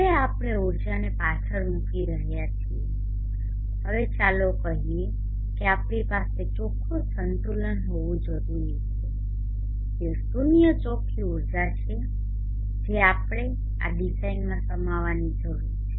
હવે આપણે ઊર્જાને પાછળ મૂકી રહ્યા છીએ હવે ચાલો કહીએ કે આપણી પાસે ચોખ્ખુ સંતુલન હોવું જરૂરી છે તે શૂન્ય ચોખ્ખી ઊર્જા છે જે આપણે આ ડિઝાઇનમાં સમાવવાનીજરૂર છે